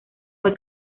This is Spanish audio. fue